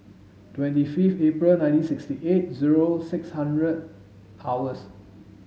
twenty fifith April nineteen sixty eight zero six hundred hours